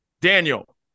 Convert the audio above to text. Daniel